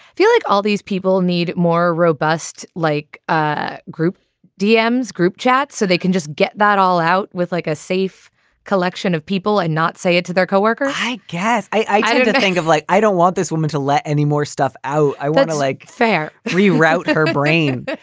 feel like all these people need more robust like ah group demme's group chats so they can just get that all out with like a safe collection of people and not say it to their coworker i guess i did think of like i don't want this woman to let any more stuff out. i want to like fair reroute her brain.